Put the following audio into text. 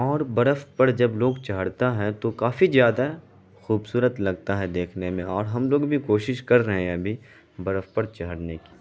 اور برف پر جب لوگ چڑھتا ہے تو کافی زیادہ خوبصورت لگتا ہے دیکھنے میں اور ہم لوگ بھی کوشش کر رہے ہیں ابھی برف پر چڑھنے کی